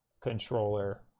controller